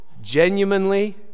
genuinely